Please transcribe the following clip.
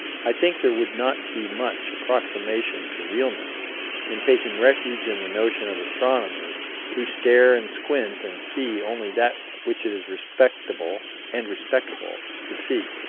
i think there would not be much approximation to realness in taking refuge in the notion of astronomers who stare and squint and see only that which it is respectable and respectful to see.